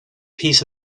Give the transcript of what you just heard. piece